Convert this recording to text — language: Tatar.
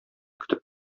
көтеп